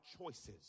choices